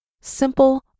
simple